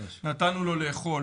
נתנו לו לאכול,